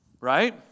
right